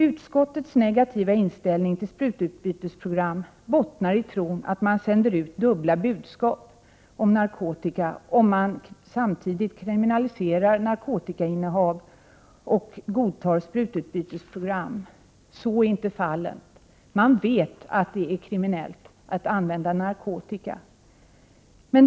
Utskottets negativa inställning till sprututbytesprogram bottnar i tron att man sänder ut dubbla budskap om narkotika om man kriminaliserar narkotikainnehav och samtidigt godtar sprututbytesprogram. Så är inte fallet. Man vet att det är kriminellt att använda narkotika.